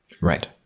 Right